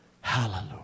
Hallelujah